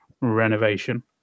renovation